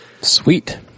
Sweet